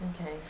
Okay